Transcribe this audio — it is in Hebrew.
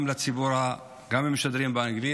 וגם משדרים באנגלית.